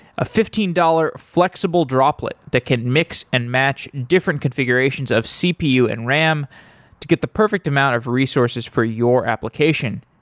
a fifteen dollars flexible droplet that can mix and match different configurations of cpu and ram to get the perfect amount of resources for your application.